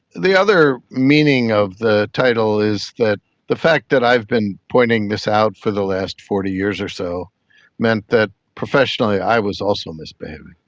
the other meaning of the title is that the fact that i've been pointing this out for the last forty years or so meant that professionally i was also misbehaving.